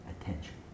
attention